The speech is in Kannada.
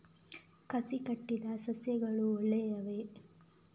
ಕಸಿ ಕಟ್ಟಿದ ಸಸ್ಯಗಳು ಒಳ್ಳೆಯವೇ?